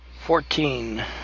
Fourteen